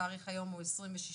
התאריך היום הוא 26.7.2021,